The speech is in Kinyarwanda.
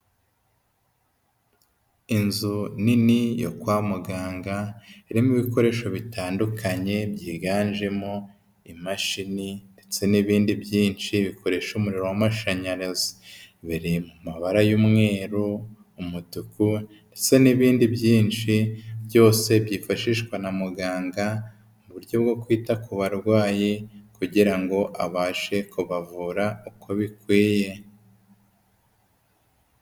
Inzu nini yo kwa muganga, irimo ibikoresho bitandukanye byiganjemo imashini, ndetse n'ibindi byinshi bikoresha umuriro w'amashanyarazi, biri mu mabara y'umweru, umutuku, ndetse n'ibindi byinshi byose byifashishwa na muganga, mu buryo bwo kwita ku barwayi kugira ngo abashe kubavura uko bikwiye.